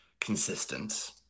consistent